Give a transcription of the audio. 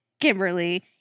Kimberly